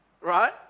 right